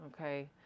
Okay